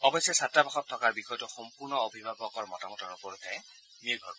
অৱশ্যে ছাত্ৰাৱাসত থকাৰ বিষয়টো সম্পূৰ্ণ অভিভাৱকৰ মতামতৰ ওপৰতহে নিৰ্ভৰ কৰিব